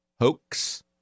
hoax